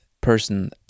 person